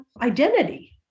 identity